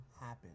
happen